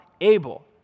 able